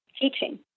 teaching